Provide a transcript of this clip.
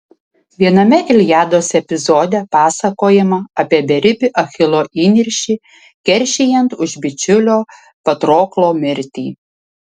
viename iliados epizode pasakojama apie beribį achilo įniršį keršijant už bičiulio patroklo mirtį